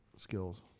Skills